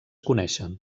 coneixen